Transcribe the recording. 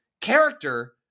character